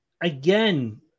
again